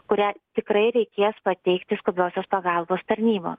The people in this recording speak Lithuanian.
kurią tikrai reikės pateikti skubiosios pagalbos tarnyba